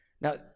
Now